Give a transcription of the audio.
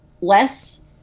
less